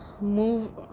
move